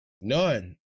none